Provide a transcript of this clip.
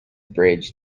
bridge